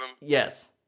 Yes